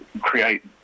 create